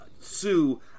Sue